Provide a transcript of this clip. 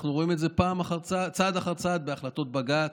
אנחנו רואים זה בצעד אחרי צעד בהחלטות בג"ץ,